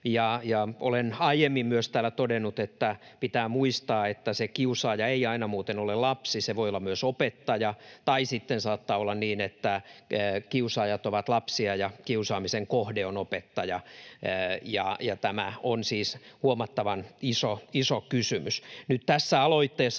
myös aiemmin täällä todennut, että pitää muistaa, että se kiusaaja ei aina muuten ole lapsi, se voi olla myös opettaja, tai sitten saattaa olla niin, että kiusaajat ovat lapsia ja kiusaamisen kohde on opettaja. Tämä on siis huomattavan iso kysymys. Nyt tässä aloitteessa